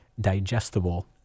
digestible